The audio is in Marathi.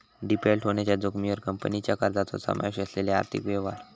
डिफॉल्ट होण्याच्या जोखमीवर कंपनीच्या कर्जाचो समावेश असलेले आर्थिक व्यवहार